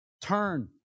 turn